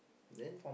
then